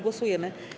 Głosujemy.